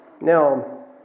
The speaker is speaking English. Now